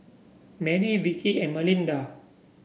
Marry Vickey and Malinda